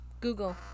google